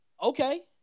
Okay